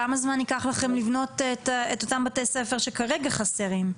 כמה זמן יקח לכם לבנות את אותם בתי הספר שכרגע חסרים?